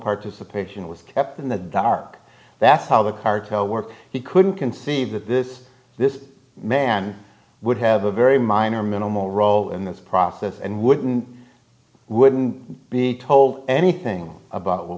participation was kept in the dark that's how the carto work he couldn't conceive that this this man would have a very minor minimal role in this process and wouldn't wouldn't be told anything about what